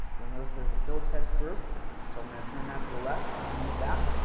you'll notice there's a phillips heads screw so i'm going to turn that to the left, remove that.